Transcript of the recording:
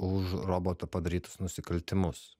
už roboto padarytus nusikaltimus